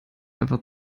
einfach